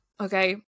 Okay